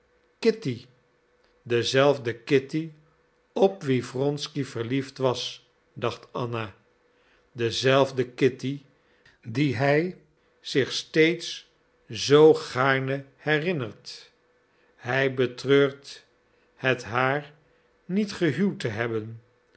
kitty dezelfde kitty op wie wronsky verliefd was dacht anna dezelfde kitty die hij zich steeds zoo gaarne herinnert hij betreurt het haar niet gehuwd te hebben